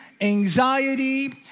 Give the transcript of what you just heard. anxiety